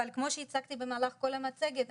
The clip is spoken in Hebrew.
אבל כמו שהצגתי במהלך כל המצגת,